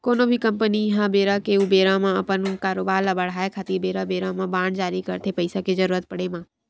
कोनो भी कंपनी ह बेरा के ऊबेरा म अपन कारोबार ल बड़हाय खातिर बेरा बेरा म बांड जारी करथे पइसा के जरुरत पड़े म